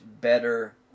better